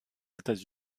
états